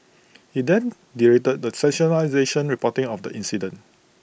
he then derided the sensationalised reporting of the incident